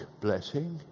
Blessing